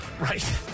Right